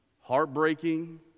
heartbreaking